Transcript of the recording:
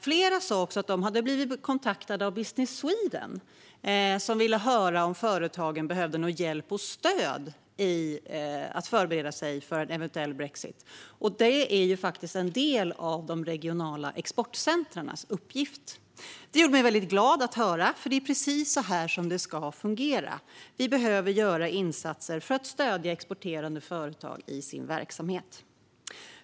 Flera företag sa också att de blivit kontaktade av Business Sweden, som velat höra om de behöver hjälp och stöd för att förbereda sig för en eventuell brexit. Det är en av de regionala exportcentrumens uppgifter. Det gjorde mig glad att höra det. Det är nämligen precis så här det ska fungera. Vi behöver göra insatser för att stödja exporterande företag i deras verksamheter.